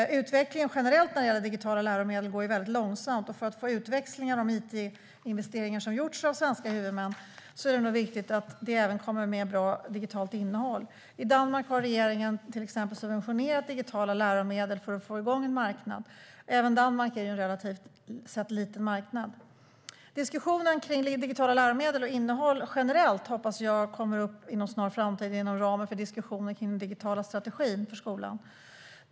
Utvecklingen generellt när det gäller digitala läromedel går långsamt, och för att få utväxling av de it-investeringar som gjorts av svenska huvudmän är det nog viktigt att de även kommer med bra digitalt innehåll. I Danmark har regeringen subventionerat digitala läromedel för att få igång en marknad. Även Danmark är ju en relativt sett liten marknad. Diskussionen om digitala läromedel och innehåll generellt hoppas jag kommer upp inom en snar framtid inom ramen för diskussionen om den digitala strategin för skolan.